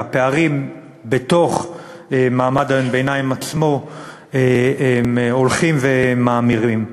והפערים בתוך מעמד הביניים עצמו הולכים וגדלים.